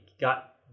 got